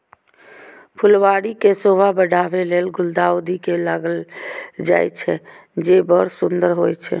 फुलबाड़ी के शोभा बढ़ाबै लेल गुलदाउदी के लगायल जाइ छै, जे बड़ सुंदर होइ छै